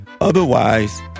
Otherwise